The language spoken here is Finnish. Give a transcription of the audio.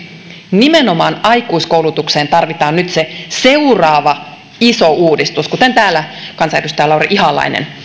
nimenomaan aikuiskoulutukseen tarvitaan nyt se seuraava iso uudistus kuten täällä kansanedustaja lauri ihalainen